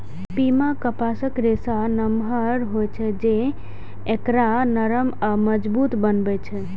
पीमा कपासक रेशा नमहर होइ छै, जे एकरा नरम आ मजबूत बनबै छै